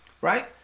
right